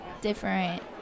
different